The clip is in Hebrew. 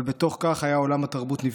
אבל בתוך כך היה עולם התרבות נפגע.